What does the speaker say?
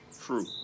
True